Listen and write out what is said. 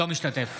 אינו משתתף